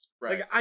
Right